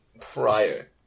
Prior